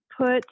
put